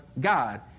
God